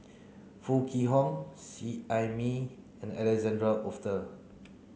Foo Kwee Horng Seet Ai Mee and Alexander Wolter